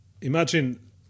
imagine